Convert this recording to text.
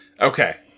Okay